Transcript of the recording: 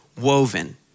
woven